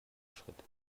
schritt